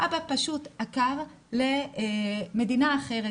האבא פשוט עקר למדינה אחרת